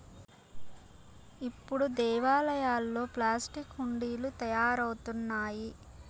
ఇప్పుడు దేవాలయాల్లో ప్లాస్టిక్ హుండీలు తయారవుతున్నాయి